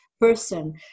person